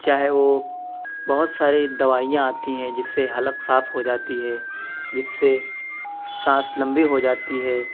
چاہے وہ بہت سارے دوائیاں آتی ہیں جس سے حلق صاف ہو جاتی ہے جس سے سانس لمبی ہو جاتی ہے